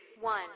one